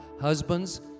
Husbands